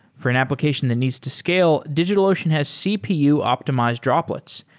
for an application that needs to scale, digitalocean has cpu optimized droplets,